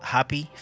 Happy